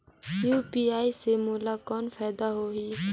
UPI से मोला कौन फायदा होही?